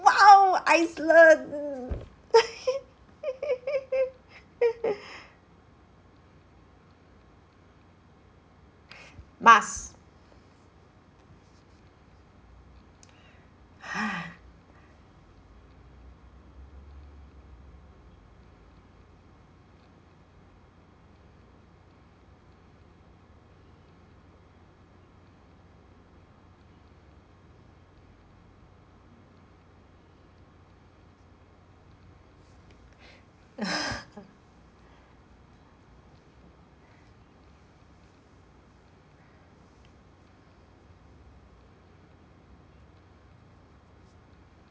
!wow! iceland must